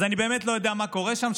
אז אני באמת לא יודע מה קורה שם.